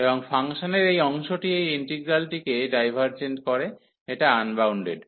এবং ফাংশনের এই অংশটি এই ইন্টিগ্রালটিকে ডাইভার্জেন্ট করে এটা আনবাউন্ডেড